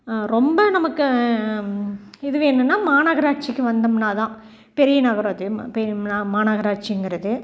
ரொம்ப நமக்கு இது வேணுனால் மாநகராட்சிக்கு வந்தோம்னால் தான் பெரிய நகராட்சி ம பே நா மாநகராட்சிங்கிறது